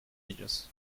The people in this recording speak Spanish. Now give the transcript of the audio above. ellos